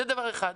זה דבר אחד.